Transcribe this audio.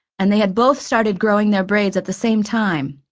and they had both started growing their braids at the same time.